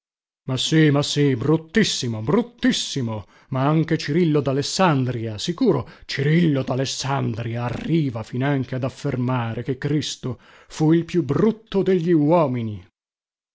ma sì ma sì bruttissimo bruttissimo ma anche cirillo dalessandria sicuro cirillo dalessandria arriva finanche ad affermare che cristo fu il più brutto degli uomini